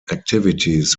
activities